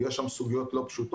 יש שם סוגיות לא פשוטות,